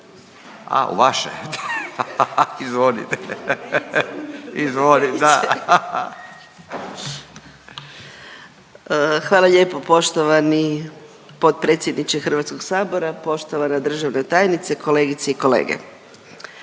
**Mrak-Taritaš, Anka (GLAS)** Hvala lijepo poštovani potpredsjedniče Hrvatskog sabora, poštovana državna tajnice, kolegice i kolege.